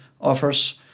offers